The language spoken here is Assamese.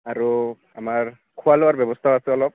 আৰু আমাৰ খোৱা লোৱাৰ ব্যৱস্থাও আছে অলপ